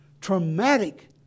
traumatic